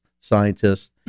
scientists